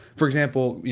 for example,